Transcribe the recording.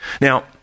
Now